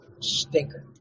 stinker